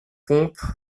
pompe